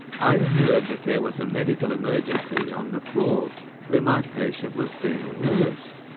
i heard that there was a medical emergency on the floor where my patient was being nursed.